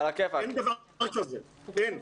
אין דבר כזה, אין.